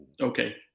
Okay